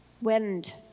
Wind